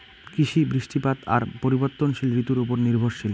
কৃষি, বৃষ্টিপাত আর পরিবর্তনশীল ঋতুর উপর নির্ভরশীল